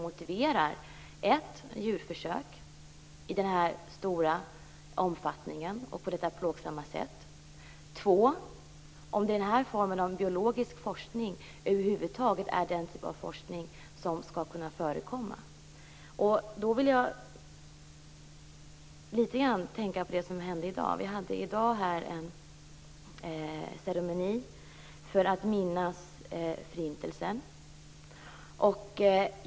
Motiverar den djurförsök i denna stora omfattning och på detta plågsamma sätt? Skall denna typ av biologisk forskning över huvud taget kunna förekomma? Då vill jag litet grand tänka på det som hände i dag. Vi hade i dag en ceremoni för att minnas förintelsen.